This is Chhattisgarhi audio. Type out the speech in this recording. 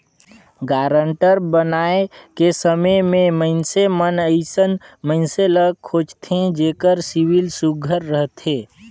गारंटर बनाए के समे में मइनसे मन अइसन मइनसे ल खोझथें जेकर सिविल सुग्घर रहथे